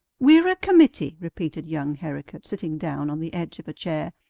we're a committee, repeated young herricote, sitting down on the edge of a chair,